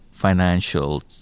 financial